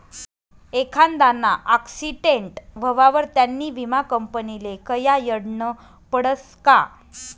एखांदाना आक्सीटेंट व्हवावर त्यानी विमा कंपनीले कयायडनं पडसं का